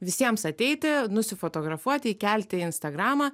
visiems ateiti nusifotografuoti įkelti į instagramą